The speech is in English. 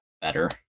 better